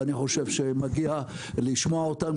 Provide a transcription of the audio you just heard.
ואני חושב שמגיע להם שישמעו אותם,